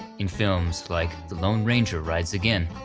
in films like the lone ranger rides again,